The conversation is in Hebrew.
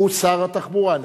הוא שר התחבורה,